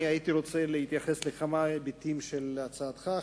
הייתי רוצה להתייחס לכמה היבטים של הצעתך,